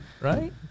right